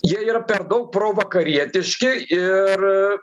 jie yra per daug provakarietiški ir